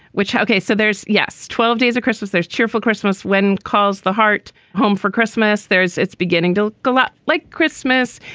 which. okay. so there's yes. twelve days of christmas. there's cheerful christmas when calls the heart home for christmas, there's it's beginning to go out like christmas.